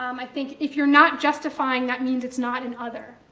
um i think if you're not justifying, that means it's not an other.